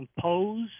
compose